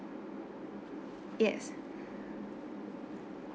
yes